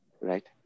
Right